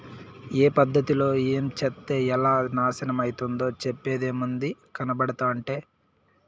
ఏ పద్ధతిలో ఏంచేత్తే ఎలా నాశనమైతందో చెప్పేదేముంది, కనబడుతంటే